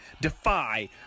defy